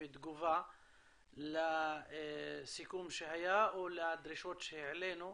תגובה לסיכום שהיה או לדרישות שהעלינו,